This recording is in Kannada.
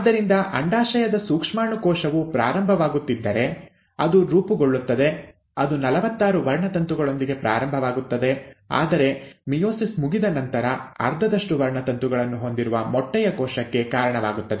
ಆದ್ದರಿಂದ ಅಂಡಾಶಯದ ಸೂಕ್ಷ್ಮಾಣು ಕೋಶವು ಪ್ರಾರಂಭವಾಗುತ್ತಿದ್ದರೆ ಅದು ರೂಪುಗೊಳ್ಳುತ್ತದೆ ಅದು ನಲವತ್ತಾರು ವರ್ಣತಂತುಗಳೊಂದಿಗೆ ಪ್ರಾರಂಭವಾಗುತ್ತದೆ ಆದರೆ ಮಿಯೋಸಿಸ್ ಮುಗಿದ ನಂತರ ಅರ್ಧದಷ್ಟು ವರ್ಣತಂತುಗಳನ್ನು ಹೊಂದಿರುವ ಮೊಟ್ಟೆಯ ಕೋಶಕ್ಕೆ ಕಾರಣವಾಗುತ್ತದೆ